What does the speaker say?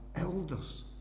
elders